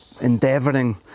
endeavouring